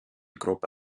gruppe